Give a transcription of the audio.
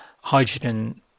hydrogen